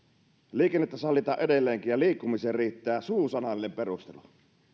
liikennettä sallitaan edelleenkin ja liikkumiseen riittää suusanallinen perustelu